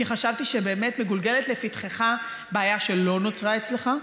כי חשבתי שבאמת מגולגלת לפתחך בעיה שלא נוצרה אצלך,